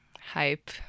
hype